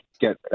get